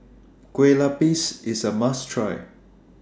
Kue Lupis IS A must Try